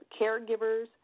caregivers